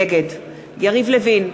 נגד יריב לוין,